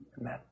Amen